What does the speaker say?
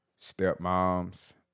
stepmoms